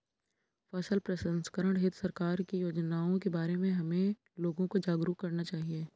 फसल प्रसंस्करण हेतु सरकार की योजनाओं के बारे में हमें लोगों को जागरूक करना चाहिए